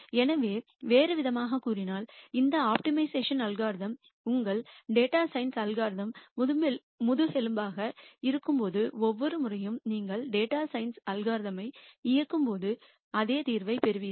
எனவே வேறுவிதமாகக் கூறினால் இந்த ஆப்டிமைசேஷன் அல்காரிதம் உங்கள் டேட்டா சயின்ஸ் அல்காரித முதுகெலும்பாக இருக்கும்போது ஒவ்வொரு முறையும் நீங்கள் டேட்டா சயின்ஸ் அல்காரிதமை இயக்கும் போது அதே தீர்வைப் பெறுவீர்கள்